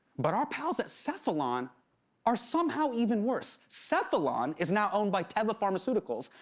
but our pals at cephalon are somehow even worse. cephalon is now owned by teva pharmaceuticals,